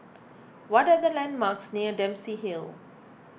what are the landmarks near Dempsey Hill